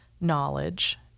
knowledge